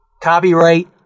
Copyright